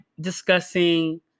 discussing